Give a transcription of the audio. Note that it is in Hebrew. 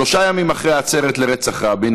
שלושה ימים אחרי העצרת לרצח רבין,